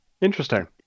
Interesting